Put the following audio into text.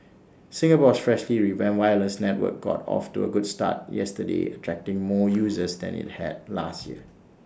Singapore's freshly revamped wireless network got off to A good start yesterday attracting more users than IT had last year